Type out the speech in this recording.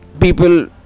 people